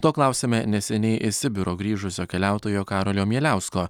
to klausime neseniai iš sibiro grįžusio keliautojo karolio mieliausko